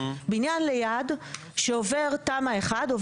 בניין ליד שעובר תמ"א 1 או